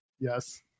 Yes